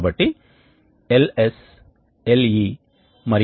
కాబట్టి కొంత మొత్తంలో గుప్త వేడిని కూడా ఉపయోగించుకోవచ్చు ఆ ప్రత్యేక డిజైన్లు సాధ్యమే